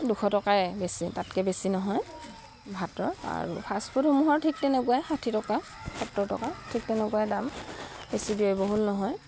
দুশ টকাই বেছি তাতকৈ বেছি নহয় ভাতৰ আৰু ফাষ্টফুডসমূহৰ ঠিক তেনেকুৱাই ষাঠি টকা সত্তৰ টকা ঠিক তেনেকুৱাই দাম বেছি ব্যয়বহুত নহয়